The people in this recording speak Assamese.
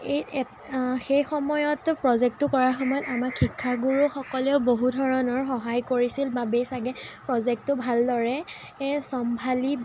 এই সেই সময়ত প্ৰজেক্টটো কৰাৰ সময়ত আমাৰ শিক্ষাগুৰুসকলেও বহু ধৰণৰ সহায় কৰিছিল বাবেই চাগৈ প্ৰজেক্টটো ভালদৰে এ চম্ভালি